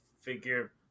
figure